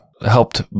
helped